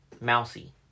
mousy